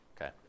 okay